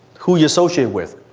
who you associate with.